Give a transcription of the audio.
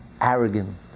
arrogant